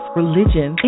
religion